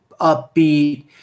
upbeat